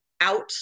out